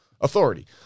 authority